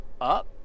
up